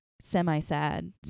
semi-sad